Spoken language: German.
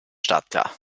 startklar